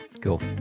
Cool